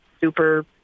super